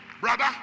brother